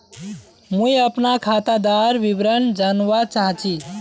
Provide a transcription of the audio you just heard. मुई अपना खातादार विवरण जानवा चाहची?